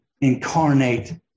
incarnate